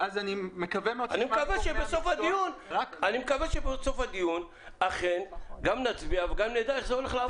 אני מקווה שבסוף הדיון גם נצביע וגם נדע שזה הולך לעבוד.